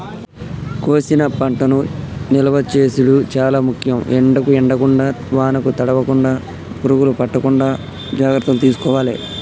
కోసిన పంటను నిలువ చేసుడు చాల ముఖ్యం, ఎండకు ఎండకుండా వానకు తడవకుండ, పురుగులు పట్టకుండా జాగ్రత్తలు తీసుకోవాలె